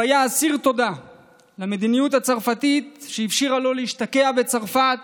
הוא היה אסיר תודה למדיניות הצרפתית שאפשרה לו להשתקע בצרפת